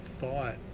thought